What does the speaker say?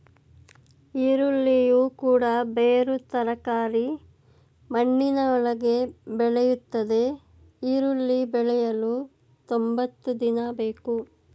ಈರುಳ್ಳಿಯು ಕೂಡ ಬೇರು ತರಕಾರಿ ಮಣ್ಣಿನ ಒಳಗೆ ಬೆಳೆಯುತ್ತದೆ ಈರುಳ್ಳಿ ಬೆಳೆಯಲು ತೊಂಬತ್ತು ದಿನ ಬೇಕು